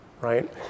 right